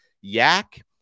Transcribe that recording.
Yak